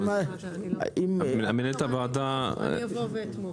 מנהלת הוועדה --- אבוא ואתמוך.